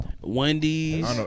Wendy's